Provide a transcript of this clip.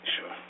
Sure